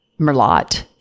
merlot